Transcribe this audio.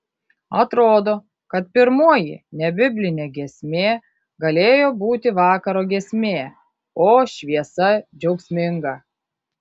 atrodo kad pirmoji nebiblinė giesmė galėjo būti vakaro giesmė o šviesa džiaugsminga